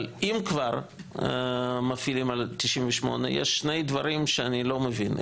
אבל אם כבר מפעילים 98, יש דבר שאני לא מבין.